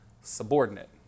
subordinate